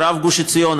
קרב גוש עציון,